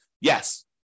yes